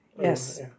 Yes